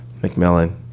McMillan